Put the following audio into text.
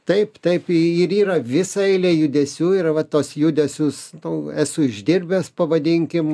taip taip ir yra visa eilė judesių yra vat tuos judesius nu esu išdirbęs pavadinkim